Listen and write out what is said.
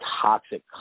toxic